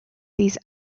these